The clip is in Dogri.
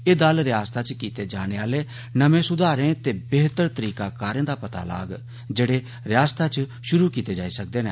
एह् दल रिआसत च कीते जाने आले नमें सुधारें ते बेहतर तरीकाकारें दा पता लाग जेह्ड़े रिआसत च शुरू कीते जाई सकदे न